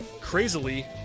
crazily